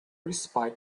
respite